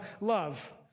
Love